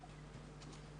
המדינה.